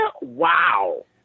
Wow